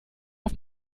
auf